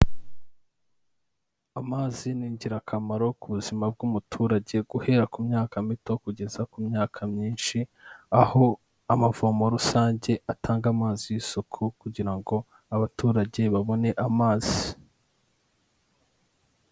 Amazi ni ingirakamaro ku buzima bw'umuturage guhera ku myaka mito kugeza ku myaka myinshi, aho amavomo rusange atanga amazi y'isuku kugira ngo abaturage babone amazi.